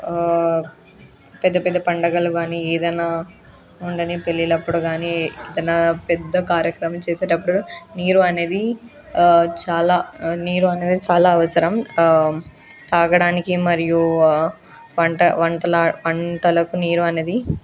పెద్ద పెద్ద పండగలు కానీ ఏదన్నా ఉండని పెళ్ళిళ్ళ అప్పుడు కానీ ఏదన్నా పెద్ద కార్యక్రమం చేసేటప్పుడు నీరు అనేది చాలా నీరు అనేది చాలా అవసరం తాగడానికి మరియు వంట వంటలా వంటలకు నీరు అనేది